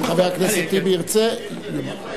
אם חבר הכנסת טיבי ירצה, נאמר.